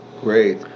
great